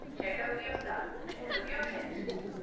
check over your thumb, check over your tennis ball,